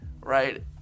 right